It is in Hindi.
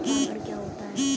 पर परागण क्या होता है?